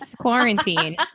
quarantine